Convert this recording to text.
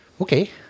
okay